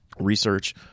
research